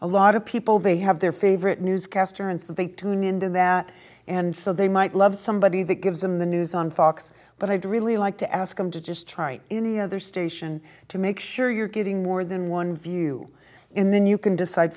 a lot of people they have their favorite newscaster and so they tune into that and so they might love somebody that gives them the news on fox but i do like to ask them to just try any other station to make sure you're getting more than one view in then you can decide